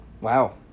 Wow